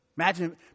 Imagine